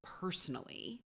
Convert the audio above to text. personally